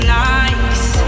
nice